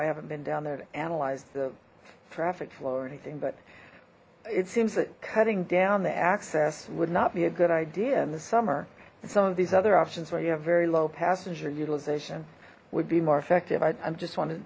i haven't been down there to analyze the traffic flow or anything but it seems that cutting down the access would not be a good idea in the summer and some of these other options where you have very low passenger utilization would be more effective i just wanted to